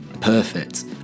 perfect